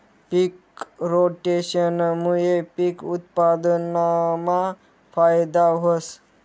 पिक रोटेशनमूये पिक उत्पादनमा फायदा व्हस